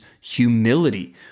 humility